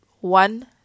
one